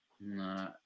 No